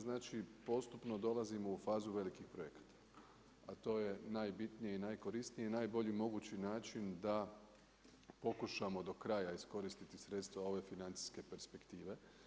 Znači postupno dolazimo u fazu velikih projekata a to je najbitnije i najkorisnije i najbolji mogući način da pokušamo do kraja iskoristiti sredstva ove financijske perspektive.